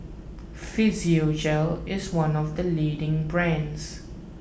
Physiogel is one of the leading brands